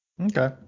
Okay